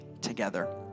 together